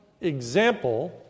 example